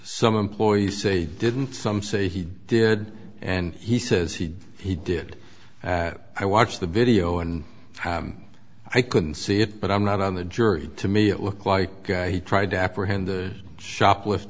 some employees say didn't some say he did and he says he he did i watched the video and i couldn't see it but i'm not on the jury to me it looked like he tried to apprehend the shoplift